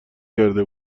کرده